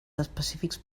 específics